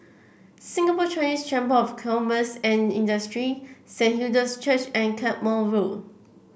Singapore Chinese Chamber of Commerce and Industry Saint Hilda's Church and Carpmael Road